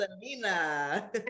Selena